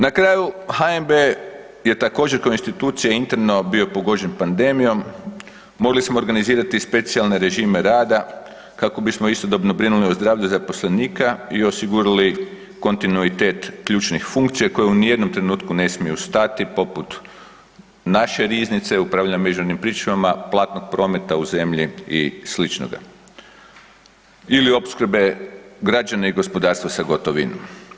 Na kraju, HNB je također kao institucija interno bio pogođen pandemijom, morali smo organizirati specijalne režime rada kako bismo istodobno brinuli o zdravlju zaposlenika i osigurali kontinuitet ključnih funkcija koji ni u jednom trenutku ne smiju stati, poput naše riznice, upravljanja međunarodnim pričuvama, platnog prometa u zemlji i sličnoga ili opskrbe građana i gospodarstva sa gotovinom.